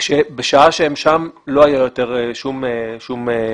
בשעה שהם שם לא היה יותר שום אלימות.